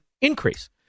increase